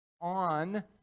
on